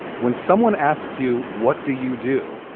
when someone asks you what do you do?